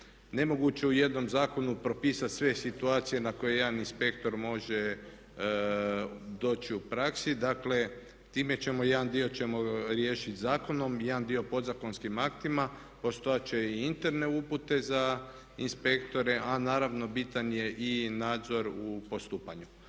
Nemoguće u jednom zakonu propisati sve situacije na koje jedan inspektor može doći u praksi, dakle time ćemo, jedan dio ćemo riješiti zakonom, jedan dio podzakonskim aktima, postojat će i interne upute za inspektore a naravno bitan je i nadzor u postupanju.